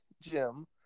Jim